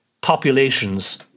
populations